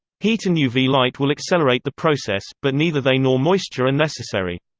heat and uv light will accelerate the process, but neither they nor moisture are necessary.